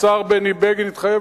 השר בני בגין התחייב,